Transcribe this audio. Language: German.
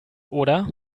oder